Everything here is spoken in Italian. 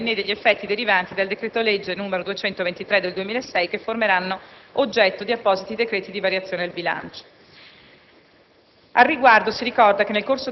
in conseguenza del riordino dei Ministeri, né degli effetti derivanti dal decreto-legge n. 223 del 2006, che formeranno oggetto di appositi decreti di variazione al bilancio.